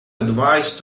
advice